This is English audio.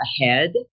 ahead